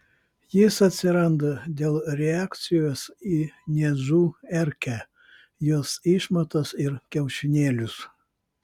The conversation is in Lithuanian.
jis atsiranda dėl reakcijos į niežų erkę jos išmatas ir kiaušinėlius